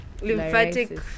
Lymphatic